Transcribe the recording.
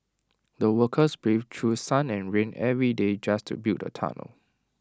the workers braved through sun and rain every day just to build the tunnel